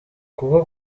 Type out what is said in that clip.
kuko